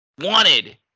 wanted